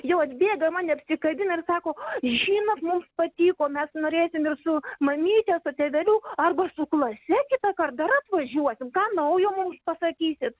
jau atbėga mane apsikabina ir sako žinot mums patiko mes norėsim ir su mamyte su teveliu arba su klase kitąkart dar atvažiuosim ką naujo mums pasakysit